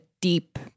deep